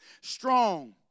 strong